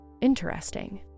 interesting